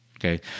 okay